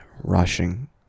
rushing